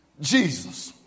Jesus